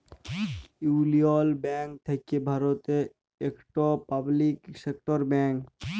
ইউলিয়ল ব্যাংক থ্যাকে ভারতের ইকট পাবলিক সেক্টর ব্যাংক